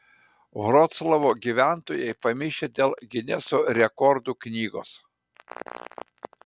vroclavo gyventojai pamišę dėl gineso rekordų knygos